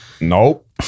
Nope